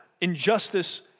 Injustice